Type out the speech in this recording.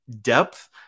depth